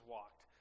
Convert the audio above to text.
Walked